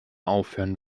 aufhören